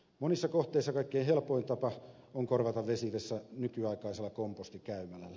monissa kohteissa kaikkein helpoin tapa on korvata vesivessa nykyaikaisella kompostikäymälällä